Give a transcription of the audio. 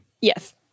Yes